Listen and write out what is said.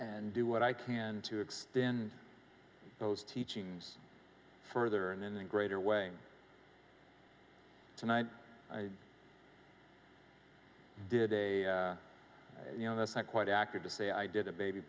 and do what i can to extend those teachings further and in the greater way tonight i did a you know that's not quite accurate to say i did a baby